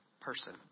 person